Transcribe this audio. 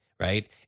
right